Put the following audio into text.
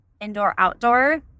indoor-outdoor